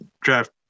draft